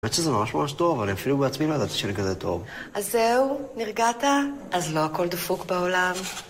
בעצם זה ממש ממש טוב, אני אפילו בעצמי לא ידעת שאני כזה טוב. אז זהו, נרגעת? אז לא הכל דפוק בעולם?